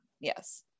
yes